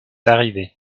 arrivé